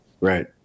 Right